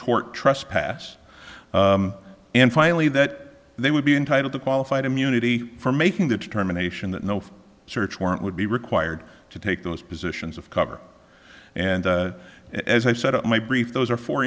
tort trespass and finally that they would be entitled to qualified immunity for making that determination that no search warrant would be required to take those positions of cover and as i said in my brief those are fo